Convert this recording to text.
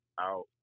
out